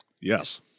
Yes